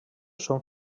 són